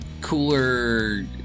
cooler